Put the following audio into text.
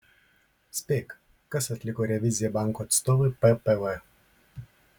spėk kas atliko reviziją banko atstovui ppv